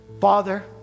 Father